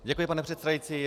Děkuji, pane předsedající.